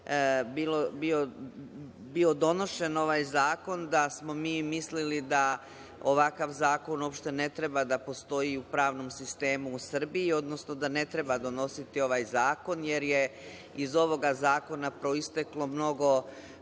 bio donošen ovaj zakon da smo mi mislili da ovakav zakon uopšte ne treba da postoji u pravnom sistemu Republike Srbije, odnosno da ne treba donositi ovaj zakon, jer je iz ovog zakona proisteklo mnogo